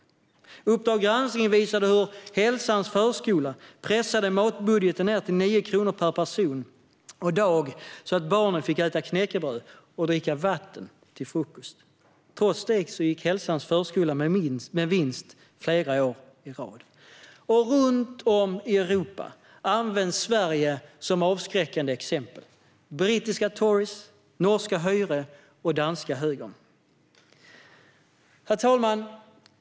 Uppdrag granskning visade hur Hälsans förskola pressade matbudgeten ned till 9 kronor per person och dag, så att barnen fick äta knäckebröd och dricka vatten till frukost. Trots det gick Hälsans förskola med vinst flera år i rad. Runt om i Europa används Sverige som avskräckande exempel - av brittiska Tories, av norska Høyre och av den danska högern. Herr talman!